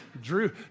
Drew